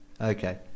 Okay